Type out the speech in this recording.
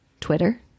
Twitter